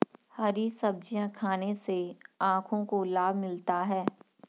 हरी सब्जियाँ खाने से आँखों को लाभ मिलता है